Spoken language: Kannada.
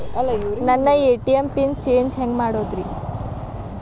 ನನ್ನ ಎ.ಟಿ.ಎಂ ಪಿನ್ ಚೇಂಜ್ ಹೆಂಗ್ ಮಾಡೋದ್ರಿ?